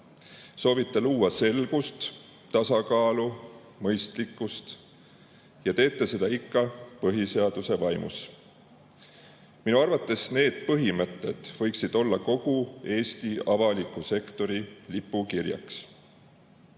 Soovite luua selgust, tasakaalu ja mõistlikkust ning teete seda ikka põhiseaduse vaimus. Minu arvates need põhimõtted võiksid olla kogu Eesti avaliku sektori lipukirjaks.